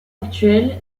actuelle